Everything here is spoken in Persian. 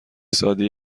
ساده